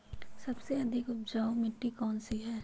सबसे अधिक उपजाऊ मिट्टी कौन सी हैं?